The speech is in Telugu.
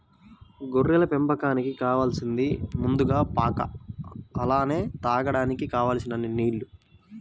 గొర్రెల పెంపకానికి కావాలసింది ముందుగా పాక అలానే తాగడానికి కావలసినన్ని నీల్లు